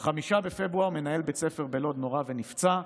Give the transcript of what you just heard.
ב-5 בפברואר מנהל בית ספר בלוד נורה ונפצע.